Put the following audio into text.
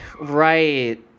Right